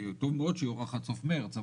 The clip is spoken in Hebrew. טוב מאוד שיוארך עד סוף מרץ,